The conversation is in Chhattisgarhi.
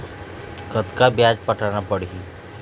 कतका ब्याज पटाना पड़ही?